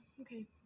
Okay